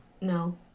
No